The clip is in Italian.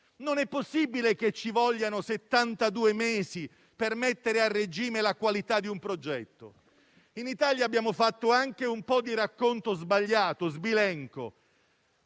Non è possibile che ci vogliano settantadue mesi per mettere a regime la qualità di un progetto. In Italia abbiamo fatto passare un messaggio sbagliato e sbilenco.